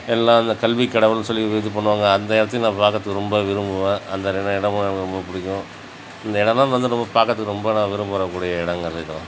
எல்லாம் அந்த கல்வி கடவுளெனு சொல்லி இது பண்ணுவாங்க அந்த இடத்துக்கு நான் பார்க்குறதுக்கு ரொம்ப விரும்புவேன் அந்த ரெண்டு இடமும் எனக்கு ரொம்ப பிடிக்கும் அந்த இடந்தான் வந்து நம்ம பார்க்குறதுக்கு ரொம்ப நான் விருப்புகிற கூடிய இடங்களும் இது தான்